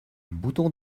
bouton